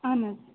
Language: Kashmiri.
اَہَن حظ